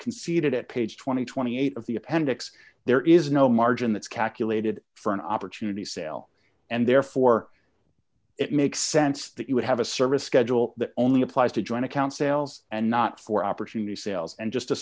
conceded at page two thousand and twenty eight of the appendix there is no margin that's calculated for an opportunity sale and therefore it makes sense that you would have a service schedule that only applies to joint account sales and not for opportunity sales and just